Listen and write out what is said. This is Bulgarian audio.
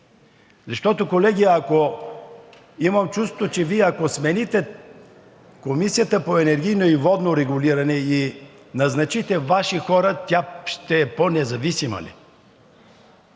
Защото, колеги, ако смените Комисията за енергийно и водно регулиране и назначите Ваши хора, тя ще е по-независима ли?